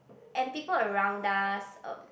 and people around us uh